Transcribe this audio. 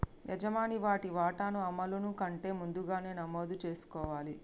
యజమాని వాటి వాటాను అమలును కంటే ముందుగానే నమోదు చేసుకోవాలి